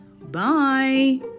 Bye